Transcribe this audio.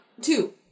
two